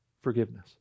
forgiveness